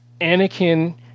Anakin